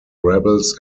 rebels